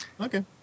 Okay